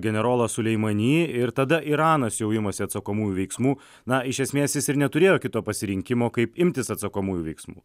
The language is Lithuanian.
generolą suleimanį ir tada iranas jau imasi atsakomųjų veiksmų na iš esmės jis ir neturėjo kito pasirinkimo kaip imtis atsakomųjų veiksmų